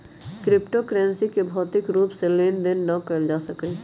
crypto currency के भौतिक रूप से लेन देन न कएल जा सकइय